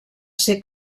ser